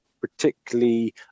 particularly